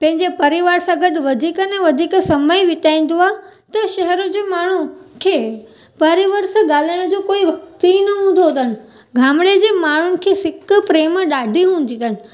पंहिंजे परिवार सां गॾु वधीक ने वधीक समय बिताईंदो आहे त शहर जो माण्हू खे परिवार सां ॻाल्हाइण जो कोई वक़्ति ई न हूंदो अथनि गामिड़े जे माण्हुनि खे सिक प्रेम ॾाढी हूंदी अथनि